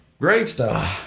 gravestone